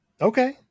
Okay